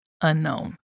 Unknown